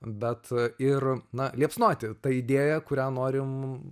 bet ir na liepsnoti ta idėja kurią norim